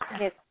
Yes